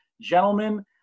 Gentlemen